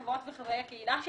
חברות וחברי הקהילה שלי,